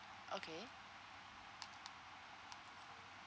okay